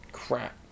crap